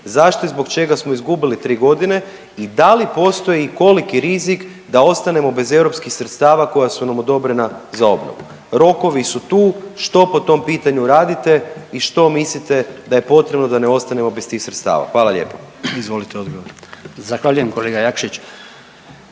Zašto i zbog čega smo izgubili 3 godine i da li postoji i koliki rizik da ostanemo bez europskih sredstava koja su nam odobrena za obnovu? Rokovi su tu, što po tom pitanju radite i što mislite da je potrebno da ne ostanemo bez tih sredstava. Hvala lijepa. **Jandroković, Gordan